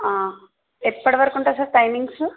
ఎప్పటివరకు ఉంటుంది sir timings